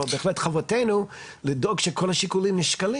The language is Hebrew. אבל באמת חובתנו לדאוג שכל השיקולים נשקלים